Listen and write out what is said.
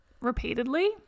repeatedly